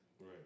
Right